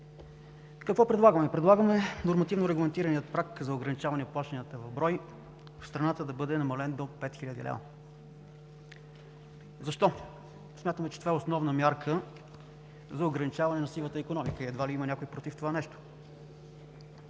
Какво предлагаме? Предлагаме нормативно регламентираният праг за ограничаване плащанията в брой в страната да бъде намален до 5 хил. лв. Защо? Смятаме, че това е основна мярка за ограничаване на сивата икономика и едва ли има някой против това нещо.